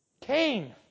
Cain